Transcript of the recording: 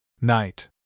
Night